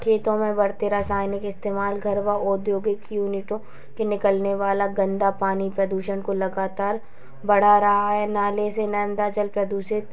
खेतों में बढ़ते रासायनिक रासायनिक इस्तेमाल घर और उद्योग यूनिटों में गंदा पानी प्रदूषण को लगातार बढ़ा रहा है नाले से गंदा जल प्रदूषित